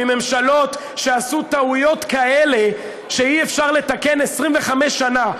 מממשלות שעשו טעויות כאלה שאי-אפשר לתקן 25 שנה,